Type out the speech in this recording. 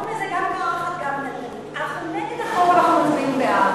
קוראים לזה "גם קרחת גם תלתלים" אנחנו נגד החוק ואנחנו מצביעים בעד.